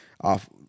off